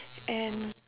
and